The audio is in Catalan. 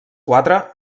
quatre